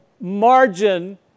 margin